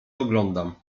oglądam